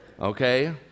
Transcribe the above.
Okay